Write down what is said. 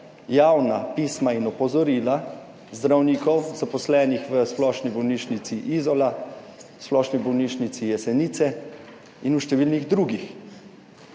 javna pisma in opozorila zdravnikov, zaposlenih v Splošni bolnišnici Izola, v Splošni bolnišnici Jesenice in v številnih drugih.